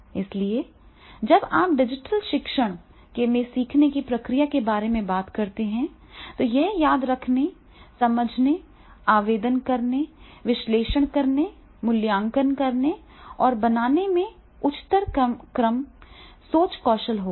इसलिए इसलिए जब आप डिजिटल शिक्षण में सीखने की प्रक्रिया के बारे में बात करते हैं तो यह याद रखने समझने आवेदन करने विश्लेषण करने मूल्यांकन करने और बनाने से उच्चतर क्रम सोच कौशल होगा